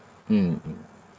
mm mm